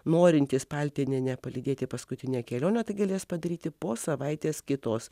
norintys paltinienę palydėti paskutinę kelionę tai galės padaryti po savaitės kitos